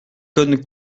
cosne